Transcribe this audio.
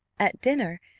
at dinner,